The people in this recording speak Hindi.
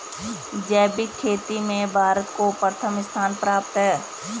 जैविक खेती में भारत को प्रथम स्थान प्राप्त है